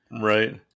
Right